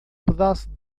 pedaço